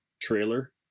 trailer